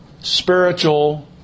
Spiritual